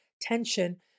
tension